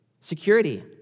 security